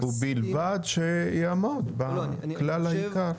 ובלבד שיעמוד בכלל העיקר.